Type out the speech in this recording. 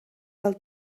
del